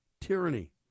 tyranny